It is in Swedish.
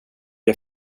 har